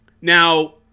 Now